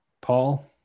Paul